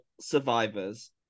survivors